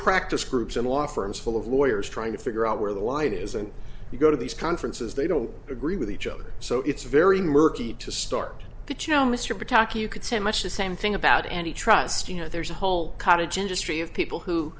practice groups and law firms full of lawyers trying to figure out where the line is and you go to these conferences they don't agree with each other so it's very murky to start the cho mr pathak you could say much the same thing about any trust you know there's a whole cottage industry of people who